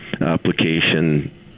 application